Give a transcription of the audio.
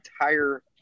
entire